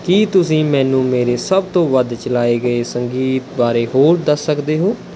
ਕੀ ਤੁਸੀਂ ਮੈਨੂੰ ਮੇਰੇ ਸਭ ਤੋਂ ਵੱਧ ਚਲਾਏ ਗਏ ਸੰਗੀਤ ਬਾਰੇ ਹੋਰ ਦੱਸ ਸਕਦੇ ਹੋ